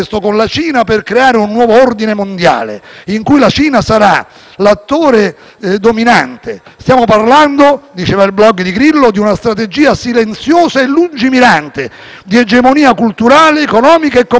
«Stiamo parlando» - diceva il *blog* di Grillo - «di una strategia silenziosa e lungimirante di egemonia culturale, economica, commerciale e geopolitica, che quando giungerà a maturazione sarà tanto invasiva quanto